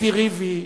בתי ריבי,